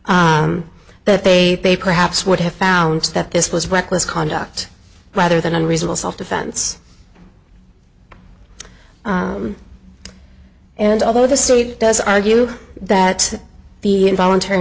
ness that they perhaps would have found that this was reckless conduct rather than unreasonable self defense and although the state does argue that the involuntary